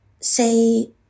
say